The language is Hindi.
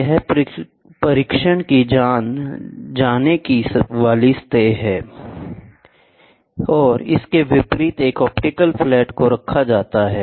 यह परीक्षण की जाने वाली सतह है और इसके विपरीत एक ऑप्टिकल फ्लैट को रखा गया है